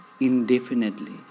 indefinitely